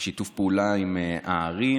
עם הערים.